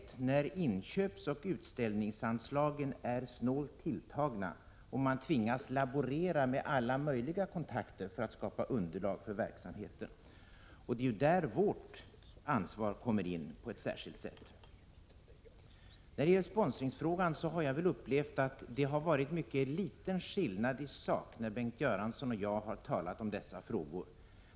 1986/87:100 inköpsoch utställningsanslagen är snålt tilltagna och man tvingas laborera — 2 april 1987 med alla möjliga kontakter för att skapa underlag för verksamheten. Det är ju i det avseendet som vi har ett särskilt ansvar. När det gäller sponsringen har jag väl upplevt att det har varit en mycket liten skillnad i sak mellan Bengt Göransson och mig när vi har talat om dessa frågor.